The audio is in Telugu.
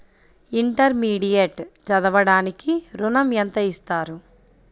ఇంటర్మీడియట్ చదవడానికి ఋణం ఎంత ఇస్తారు?